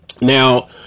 Now